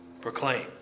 proclaim